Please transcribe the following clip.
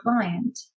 client